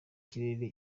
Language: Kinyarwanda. kirere